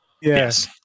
Yes